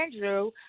Andrew